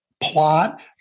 plot